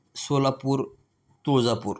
Solapur Tuljapur